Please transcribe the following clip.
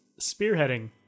spearheading